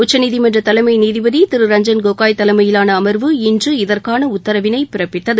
உச்சநீதிமன்ற தலைமை நீதிபதி திரு ரஞ்சன் கோகோய் தலைமையிலான அமர்வு இன்று இதற்கான உத்தரவினை பிறப்பிக்ககு